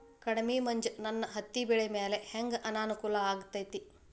ಕಡಮಿ ಮಂಜ್ ನನ್ ಹತ್ತಿಬೆಳಿ ಮ್ಯಾಲೆ ಹೆಂಗ್ ಅನಾನುಕೂಲ ಆಗ್ತೆತಿ?